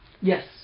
Yes